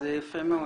אז זה יפה מאוד.